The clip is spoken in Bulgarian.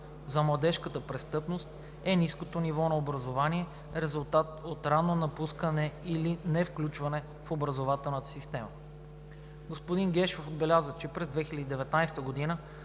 за младежката престъпност е ниското ниво на образование, резултат от ранно напускане или невключване в образователната система. Господин Гешев отбеляза, че през 2019 г.